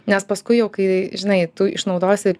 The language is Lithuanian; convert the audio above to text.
nes paskui jau kai žinai tu išnaudosi